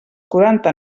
quaranta